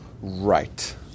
Right